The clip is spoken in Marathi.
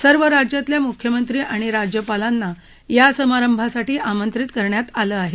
सर्व राज्यातल्या मुख्यमंत्री आणि राज्यपालांना या समारंभासाठी आमंत्रित करण्यात आलं आहे